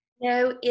No